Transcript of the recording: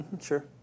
sure